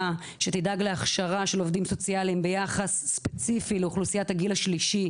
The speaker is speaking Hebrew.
שתדאג להכשרה של עובדים סוציאליים ביחס ספציפי לאוכלוסיית הגיל השלישי,